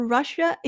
Russia